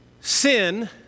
Sin